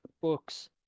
books